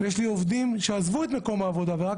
יש לי עובדים שעזבו את מקום העבודה ורק